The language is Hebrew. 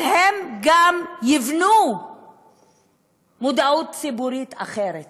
אז הם גם יבנו מודעות ציבורית אחרת